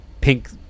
pink